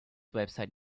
website